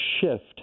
shift